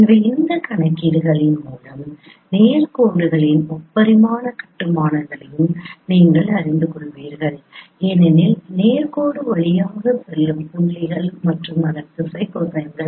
எனவே இந்த கணக்கீடுகளின் மூலம் நேர் கோடுகளின் முப்பரிமாண கட்டுமானங்களையும் நீங்கள் அறிந்து கொள்வீர்கள் ஏனெனில் நேர் கோடு வழியாக செல்லும் புள்ளிகள் மற்றும் அதன் திசை கோசைன்கள்